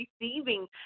receiving